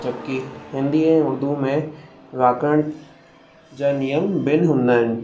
जब की हिंदी ऐं उर्दू में व्याकरण जा नियम भिन्न हूंदा आहिनि